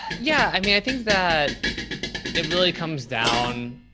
yeah, i mean, i think that it really comes down.